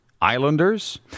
Islanders